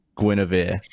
guinevere